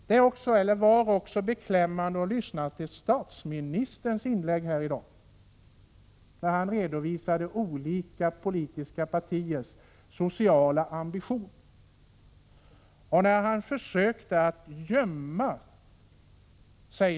Det var också beklämmande att lyssna till statsministerns inlägg här i dag, när han redovisade olika politiska partiers sociala ambitioner.